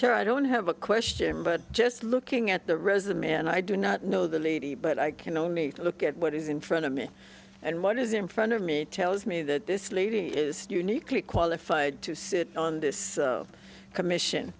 chair i don't have a question but just looking at the resume and i do not know the lady but i can only look at what is in front of me and what is in front of me tells me that this lady is uniquely qualified to sit on this commission